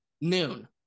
Noon